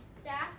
staff